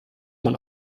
man